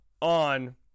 on